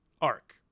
arc